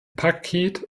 paket